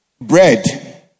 bread